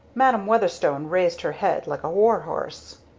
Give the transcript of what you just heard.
madam weatherstone raised her head like a warhorse.